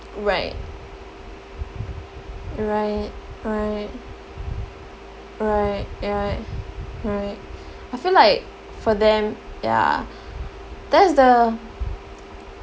right right right right ya right I feel like for them ya that's the